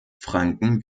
franken